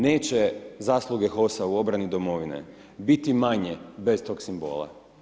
Neće zasluge HOS-a u obrani domovine biti manje bez toga simbola.